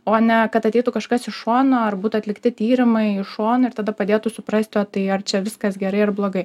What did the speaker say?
o ne kad ateitų kažkas iš šono ar būtų atlikti tyrimai iš šono ir tada padėtų suprasti o tai ar čia viskas gerai ar blogai